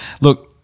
Look